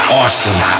awesome